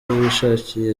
wishakiye